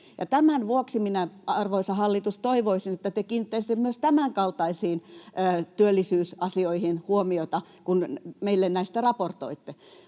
arvoisa hallitus, että te kiinnittäisitte myös tämänkaltaisiin työllisyysasioihin huomiota, kun meille näistä raportoitte.